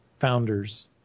founders